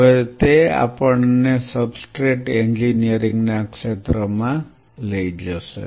હવે તે આપણને સબસ્ટ્રેટ એન્જિનિયરિંગના ક્ષેત્રમાં લઈ જશે